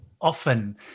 often